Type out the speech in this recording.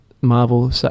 Marvel